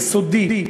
יסודי,